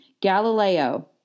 Galileo